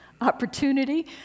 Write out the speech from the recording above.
opportunity